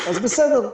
אז בסדר,